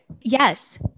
Yes